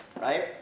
right